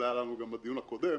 זה היה לנו גם בדיון הקודם.